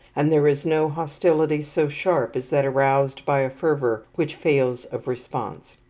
and there is no hostility so sharp as that aroused by a fervour which fails of response.